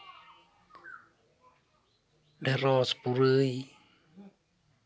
ᱰᱷᱮᱬᱚᱥ ᱯᱩᱨᱟᱹᱭ